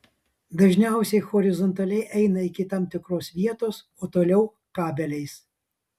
dažniausiai horizontaliai eina iki tam tikros vietos o toliau kabeliais